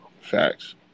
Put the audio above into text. Facts